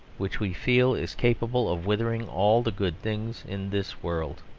which we feel is capable of withering all the good things in this world.